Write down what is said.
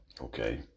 okay